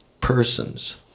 persons